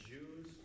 Jews